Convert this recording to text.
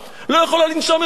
אני לא יכולה לנשום יותר.